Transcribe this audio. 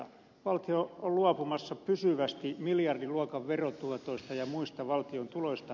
valtio on luopumassa pysyvästi miljardiluokan verotuotoista ja muista valtion tuloista